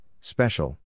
special